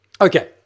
okay